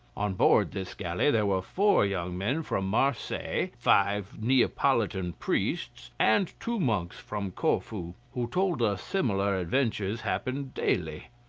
on board this galley there were four young men from marseilles, five neapolitan priests, and two monks from corfu, who told us similar adventures happened daily.